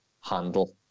handle